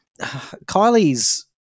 Kylie's